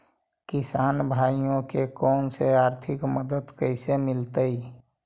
किसान भाइयोके कोन से आर्थिक मदत कैसे मीलतय?